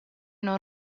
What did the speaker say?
non